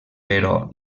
però